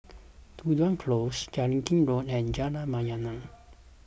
Tudor Close Jellicoe Road and Jalan Mayaanam